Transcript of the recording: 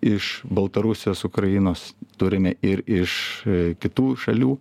iš baltarusijos ukrainos turime ir iš kitų šalių